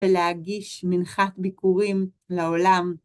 ולהגיש מנחת ביקורים לעולם.